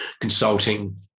consulting